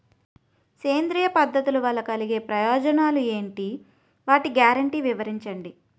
సేంద్రీయ పద్ధతుల వలన కలిగే ప్రయోజనాలు ఎంటి? వాటి గ్యారంటీ వివరించండి?